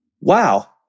wow